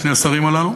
שני השרים הללו.